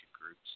groups